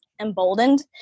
emboldened